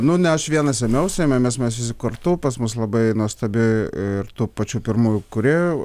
na ne aš vienas ėmiausi ėmėmės mes visi kartu pas mus labai nuostabi ir tų pačių pirmųjų kūrėjų